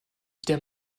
der